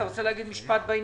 תודה.